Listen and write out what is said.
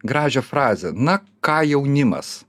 gražią frazę na ką jaunimas